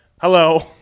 Hello